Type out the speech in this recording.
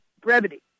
brevity